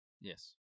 Yes